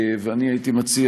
ואני הייתי מציע,